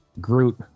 Groot